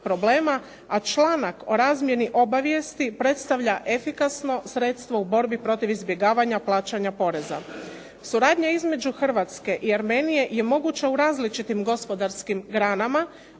a članak o razmjeni obavijesti predstavlja efikasno sredstvo u borbi protiv izbjegavanja plaćanja poreza. Suradnja između Hrvatske i Armenije je moguća u različitim gospodarskim granama,